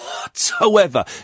whatsoever